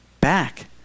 back